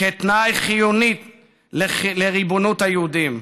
כתנאי חיוני לריבונות היהודים.